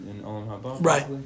Right